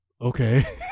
okay